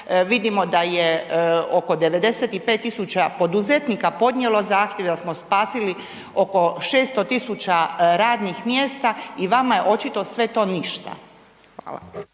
Vidimo da je oko 95 000 poduzetnika podnijelo zahtjeve, da smo spasili oko 600 000 radnih mjesta i vama je očito sve to ništa. Hvala.